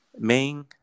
Main